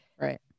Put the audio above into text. Right